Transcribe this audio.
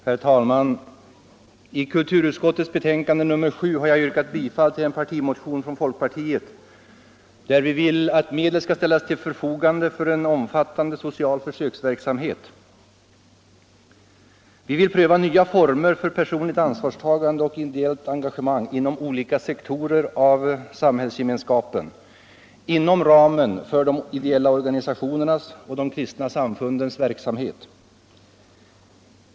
Herr talman! I en reservation till kulturutskottets betänkande nr 7 har jag yrkat bifall till en partimotion från folkpartiet, där vi vill att medel skall ställas till förfogande för en omfattande social försöksverksamhet. Vi vill pröva nya former för personligt ansvarstagande och ideellt engagemang inom olika sektorer av samhällsgemenskapen inom ramen för de ideella organisationernas och de kristna samfundens verksamhet.